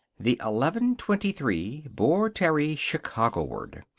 the eleven twenty three bore terry chicago-ward.